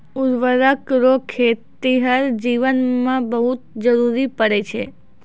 उर्वरक रो खेतीहर जीवन मे बहुत जरुरी पड़ै छै